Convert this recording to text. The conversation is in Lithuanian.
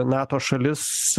nato šalis